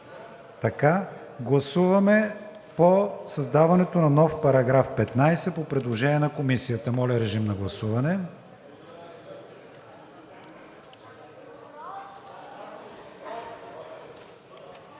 на гласуване създаването на нов § 6 по предложение на Комисията. Моля, режим на гласуване.